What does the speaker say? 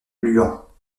luant